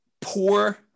Poor